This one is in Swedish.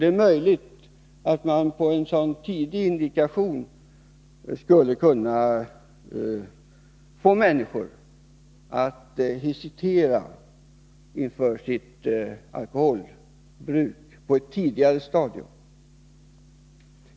Det är möjligt att man på en sådan indikation skulle kunna få människor att på ett tidigare stadium hesitera inför sitt alkoholbruk.